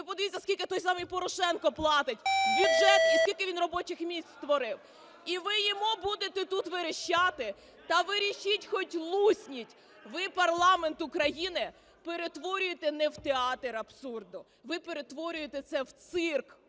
ви подивіться, скільки то самий Порошенко платить в бюджет, і скільки він робочих місць створив. І ви йому будете тут верещати? Та верещіть, хоч лусніть. Ви парламент України перетворюєте не в театр абсурду, ви перетворюєте це в цирк